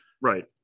right